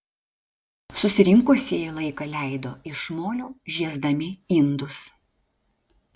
susirinkusieji laiką leido iš molio žiesdami indus